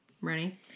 Ready